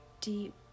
deep